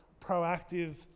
proactive